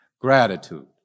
Gratitude